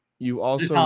you also, um